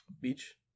Beach